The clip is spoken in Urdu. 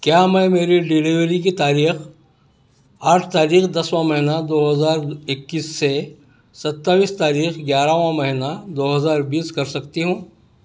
کیا میں میری ڈیلیوری کی تاریخ آٹھ تاریخ دسواں مہینہ دو ہزار اکیس سے ستاوس تاریخ گیارہواں مہینہ دو ہزار بیس کر سکتی ہوں